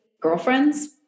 girlfriends